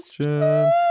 question